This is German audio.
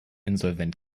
insolvent